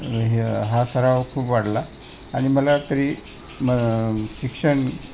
हे हा सराव खूप वाढला आणि मला तरी म शिक्षण